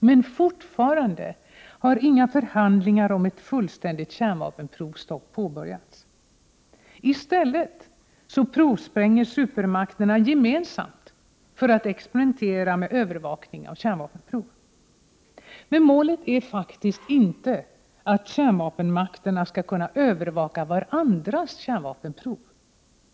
Men fortfarande har inga förhandlingar om ett fullständigt kärnvapenprovstopp påbörjats. I stället provspränger supermakterna gemensamt för att experimentera med övervakning av kärnvapenprov. Men målet är faktiskt inte att kärnvapenmakterna skall kunna övervaka varandras kärnvapenprov.